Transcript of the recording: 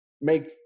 make